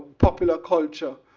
popular culture,